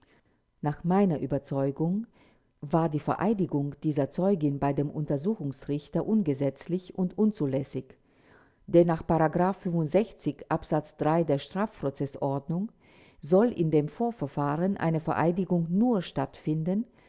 nach meiner überzeugung war die vereidigung dieser zeugin bei dem untersuchungsrichter ungesetzlich und unzulässig denn nach absatz der strafprozeßordnung soll in dem vorverfahren eine vereidigung nur stattfinden